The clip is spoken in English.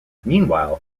meanwhile